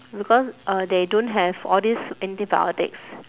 because uh they don't have all these antibiotics